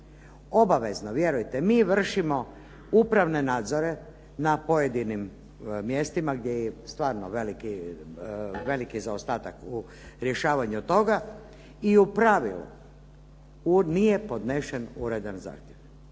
Obavezno, vjerujte. Mi vršimo upravne nadzore na pojedinim mjestima gdje je stvarno veliki zaostatak u rješavanju toga i u pravilu nije podnesen uredan zahtjev.